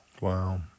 Wow